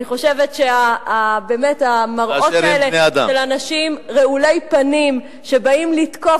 אני חושבת שהמראות האלה של אנשים רעולי פנים שבאים לתקוף,